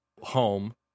home